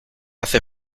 hace